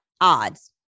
odds